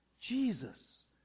Jesus